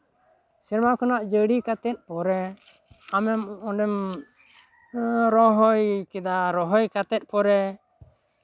ᱥᱮᱨᱢᱟ ᱠᱷᱚᱱᱟᱜ ᱡᱟᱹᱲᱤ ᱠᱟᱛᱮᱜ ᱯᱚᱨᱮ ᱟᱢᱮᱢ ᱚᱸᱰᱮᱢ ᱨᱚᱦᱚᱭ ᱠᱮᱫᱟ ᱨᱚᱦᱚᱭ ᱠᱟᱛᱮᱜ ᱯᱚᱨᱮ